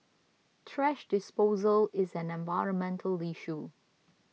thrash disposal is an environmental issue